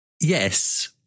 Yes